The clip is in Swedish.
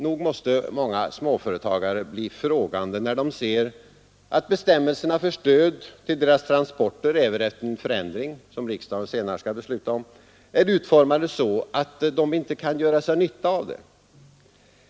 Nog måste småföretagare bli frågande när de ser att bestämmelserna för stöd till deras transporter även efter en förändring — som riksdagen senare skall besluta om — är utformade så att de inte kan göra sig nytta av stödet.